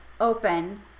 open